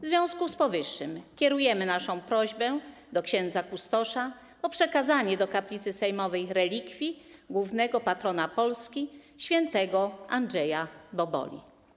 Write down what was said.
W związku z powyższym kierujemy naszą prośbę do księdza kustosza o przekazanie do kaplicy sejmowej relikwii głównego patrona Polski, św. Andrzeja Boboli.